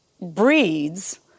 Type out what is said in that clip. breeds